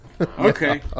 Okay